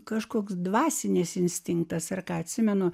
kažkoks dvasinės instinktas ar ką atsimenu